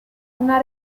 una